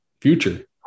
future